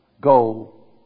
go